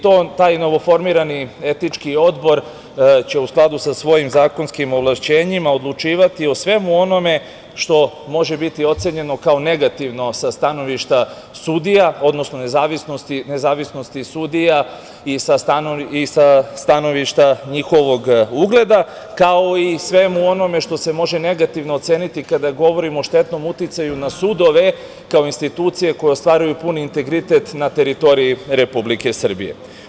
Taj novoformirani etički odbor će, u skladu sa svojim zakonskim ovlašćenjima odlučivati o svemu onome što može biti ocenjeno kao negativno sa stanovišta sudija, odnosno nezavisnosti sudija i sa stanovišta njihovog ugleda, kao i o svemu onome što se može negativno oceniti kada govorimo o štetnom uticaju na sudove kao institucije koje ostvaruju puni integritet na teritoriji Republike Srbije.